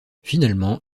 finalement